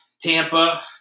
Tampa